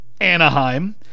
Anaheim